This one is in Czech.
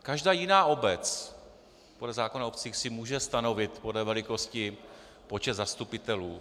Každá jiná obec podle zákona o obcích si může stanovit podle velikosti počet zastupitelů.